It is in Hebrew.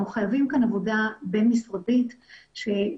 אנחנו חייבים כאן עבודה בין משרדית שגם